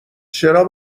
چرا